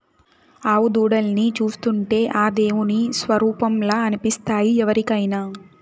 ఆవు దూడల్ని చూస్తుంటే ఆ దేవుని స్వరుపంలా అనిపిస్తాయి ఎవరికైనా